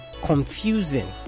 confusing